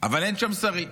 אבל אין שם שרים שיגידו: